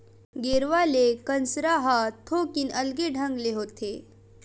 गेरवा ले कांसरा ह थोकिन अलगे ढंग ले होथे